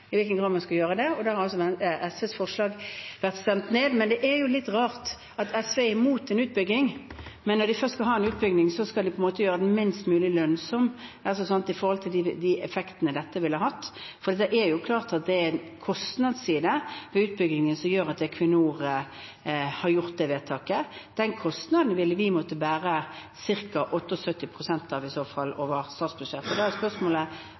har altså SVs forslag blitt stemt ned. Det er litt rart at SV er imot en utbygging, mens når de først skal ha en utbygging, skal de på en måte gjøre den minst mulig lønnsom med tanke på effektene dette ville hatt. Det er klart at det er en kostnadsside ved utbyggingen som gjør at Equinor har gjort det vedtaket. Den kostnaden ville vi i så fall måttet bære ca. 70–80 pst. av over statsbudsjettet. Da er spørsmålet: